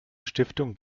stiftung